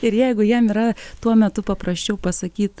ir jeigu jam yra tuo metu paprasčiau pasakyt